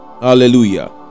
hallelujah